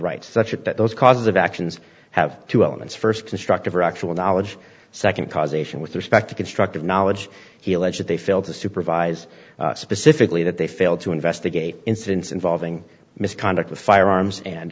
rights such as that those causes of actions have two elements first constructive or actual knowledge second causation with respect to constructive knowledge he alleges they failed to supervise specifically that they failed to investigate incidents involving misconduct with firearms and